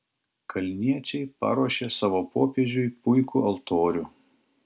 kalniečiai paruošė savo popiežiui puikų altorių